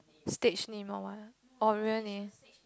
stage name or what oh really